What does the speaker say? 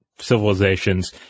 civilizations